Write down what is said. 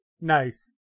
Nice